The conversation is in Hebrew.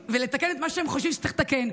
ולתקן את מה שהם חושבים שצריך לתקן.